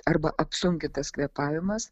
arba apsunkintas kvėpavimas